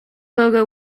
logo